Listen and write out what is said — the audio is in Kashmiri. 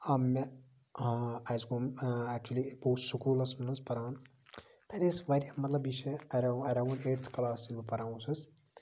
آو مےٚ اَسہِ گوٚو اٮ۪کچُؤلی بہٕ اوسُس سٔکوٗلَسس منٛز پَران تَتہِ ٲسۍ واریاہ مطلب یہِ چھِ اٮ۪راوُنڈ اٮ۪راوُنڈ ایٹتھ کٔلاس ییٚلہِ بہٕ پران اوسُس